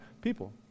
people